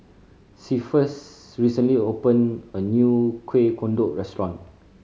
Cephus recently opened a new Kueh Kodok restaurant